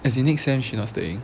as in next sem~ she not staying